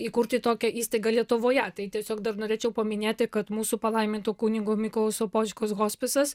įkurti tokią įstaigą lietuvoje tai tiesiog dar norėčiau paminėti kad mūsų palaiminto kunigo mykolo sopočkos hospisas